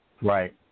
Right